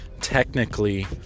technically